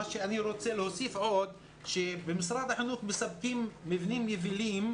אני רוצה להוסיף עוד שבמשרד החינוך מספקים מבנים יבילים,